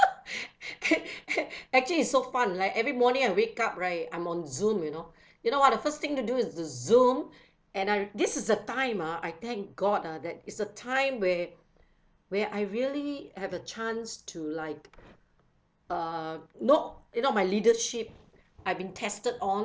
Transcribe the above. actually it's so fun right every morning I wake up right I'm on Zoom you know you know what the first thing to do is to Zoom and I this is a time ah I thank god ah that is the time where where I really have a chance to like err not if not my leadership I've been tested on